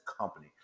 company